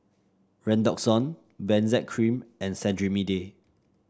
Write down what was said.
Redoxon Benzac Cream and Cetrimide